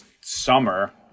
summer